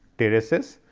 terraces,